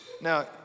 Now